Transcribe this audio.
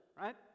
right